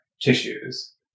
tissues